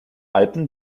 alpen